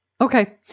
Okay